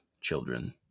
children